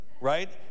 right